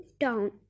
down